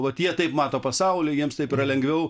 vot jie taip mato pasaulį jiems taip yra lengviau